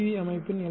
we அமைப்பின் L